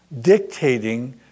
dictating